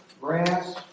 grass